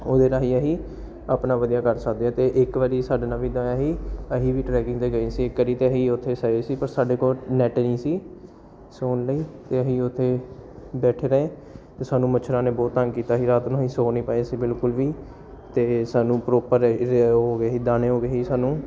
ਉਹਦੇ ਰਾਹੀਂ ਅਸੀਂ ਆਪਣਾ ਵਧੀਆ ਕਰ ਸਕਦੇ ਹਾਂ ਅਤੇ ਇੱਕ ਵਾਰੀ ਸਾਡੇ ਨਾਲ ਵੀ ਇੱਦਾਂ ਹੋਇਆ ਸੀ ਅਸੀਂ ਵੀ ਟਰੈਕਿੰਗ 'ਤੇ ਗਏ ਸੀ ਇੱਕ ਵਾਰੀ ਅਤੇ ਅਸੀਂ ਉੱਥੇ ਸੋਏ ਸੀ ਪਰ ਸਾਡੇ ਕੋਲ ਨੈੱਟ ਨਹੀਂ ਸੀ ਸੌਣ ਲਈ ਅਤੇ ਅਸੀਂ ਉੱਥੇ ਬੈਠੇ ਰਹੇ ਅਤੇ ਸਾਨੂੰ ਮੱਛਰਾਂ ਨੇ ਬਹੁਤ ਤੰਗ ਕੀਤਾ ਸੀ ਰਾਤ ਨੂੰ ਅਸੀਂ ਸੌ ਨਹੀਂ ਪਾਏ ਸੀ ਬਿਲਕੁਲ ਵੀ ਅਤੇ ਸਾਨੂੰ ਪ੍ਰੋਪਰ ਇਹ ਉਹ ਹੋ ਗਏ ਸੀ ਦਾਣੇ ਹੋ ਗਏ ਸੀ ਸਾਨੂੰ